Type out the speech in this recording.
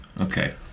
Okay